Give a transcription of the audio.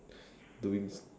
doing